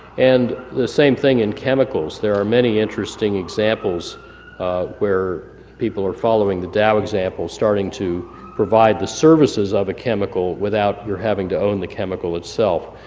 and the same thing in chemicals. there are many interesting examples where people are following the dow example starting to provide the services of a chemical without your having to own the chemical itself.